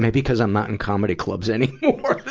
maybe cuz i'm not in comedy clubs anymore.